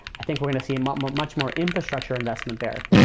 i think we're going to see a much more much more infrastructure investment there.